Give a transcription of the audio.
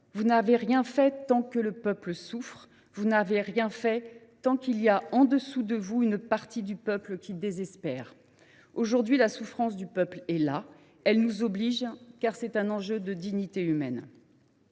Vous n’avez rien fait tant que le peuple souffre ! Vous n’avez rien fait tant qu’il y a au dessous de vous une partie du peuple qui désespère !» Aujourd’hui, la souffrance du peuple est là. Elle nous oblige, car c’est un enjeu de dignité humaine.